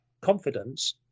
confidence